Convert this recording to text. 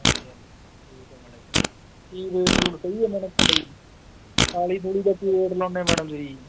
ਹਾਂਜੀ ਹਾਂਜੀ ਠੀਕ ਹੈ ਮੈਡਮ ਕੀ ਰੇਟ ਰੁਟ ਸਹੀ ਹੈ ਮੈਡਮ ਤੁਹਾਡਾ ਜੀ ਥਾਲੀ ਥੁਲੀ ਦਾ ਕੀ ਰੇਟ ਲਾਉਂਦੇ ਮੈਡਮ ਤੁਸੀਂ ਜੀ